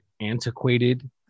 antiquated